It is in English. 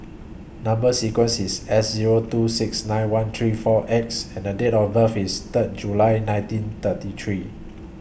Number sequence IS S Zero two six nine one three four X and Date of birth IS Third July nineteen thirty three